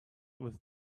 with